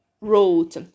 Wrote